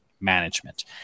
Management